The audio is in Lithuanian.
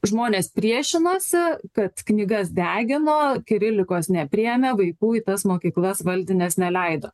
žmonės priešinosi kad knygas degino kirilikos nepriėmė vaikų į tas mokyklas valdines neleido